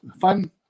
fun